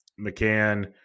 McCann